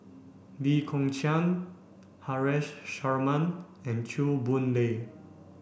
Lee Kong Chian Haresh Sharma and Chew Boon Lay